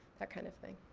that kind of thing.